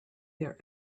their